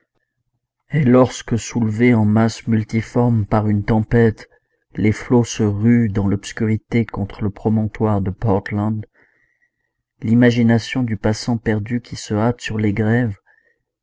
et lorsque soulevés en masses multiformes par une tempête les flots se ruent dans l'obscurité contre le promontoire de portland l'imagination du passant perdu qui se hâte sur les grèves